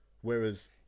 whereas